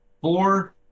four